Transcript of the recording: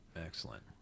Excellent